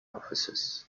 offices